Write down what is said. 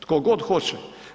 Tko god hoće.